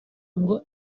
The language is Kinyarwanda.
ngo